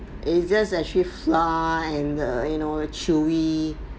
it's just actually flour and err you know chewy